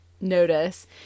notice